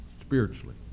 spiritually